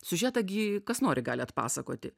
siužetą gi kas nori gali atpasakoti